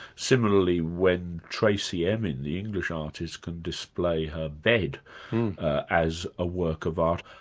similarly when tracey emin, the english artist can display her bed as a work of art,